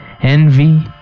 Envy